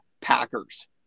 Packers